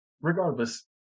regardless